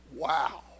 Wow